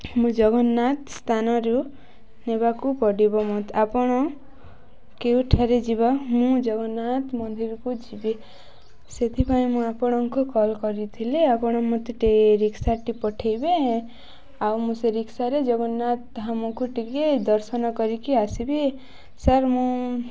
ମୁଁ ଜଗନ୍ନାଥ ସ୍ଥାନରୁ ନେବାକୁ ପଡ଼ିବ ମୋତେ ଆପଣ କେଉଁଠାରେ ଯିବା ମୁଁ ଜଗନ୍ନାଥ ମନ୍ଦିରକୁ ଯିବି ସେଥିପାଇଁ ମୁଁ ଆପଣଙ୍କୁ କଲ୍ କରିଥିଲି ଆପଣ ମୋତେ ଟିକେ ରିକ୍ସାଟି ପଠେଇବେ ଆଉ ମୁଁ ସେ ରିକ୍ସାରେ ଜଗନ୍ନାଥ ଧାମକୁ ଟିକେ ଦର୍ଶନ କରିକି ଆସିବି ସାର୍ ମୁଁ